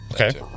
Okay